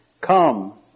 Come